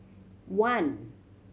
one